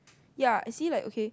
ya it see like okay